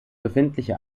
befindliche